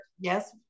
yes